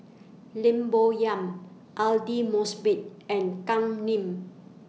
Lim Bo Yam Aidli Mosbit and Kam Ning